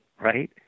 right